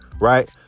right